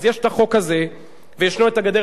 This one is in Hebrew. אז יש החוק הזה ויש הגדר,